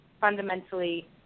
fundamentally